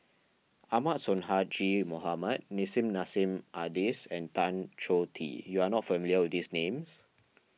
Ahmad Sonhadji Mohamad Nissim Nassim Adis and Tan Choh Tee you are not familiar with these names